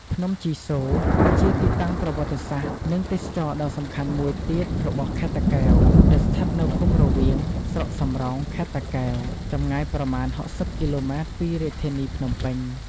ភ្នំជីសូរ គឺជាទីតាំងប្រវត្តិសាស្ត្រ និងទេសចរណ៍ដ៏សំខាន់មួយទៀតរបស់ខេត្តតាកែវ ដែលស្ថិតនៅឃុំរវៀង ស្រុកសំរោង ខេត្តតាកែវ ចម្ងាយប្រមាណ ៦០ គីឡូម៉ែត្រពីរាជធានីភ្នំពេញ។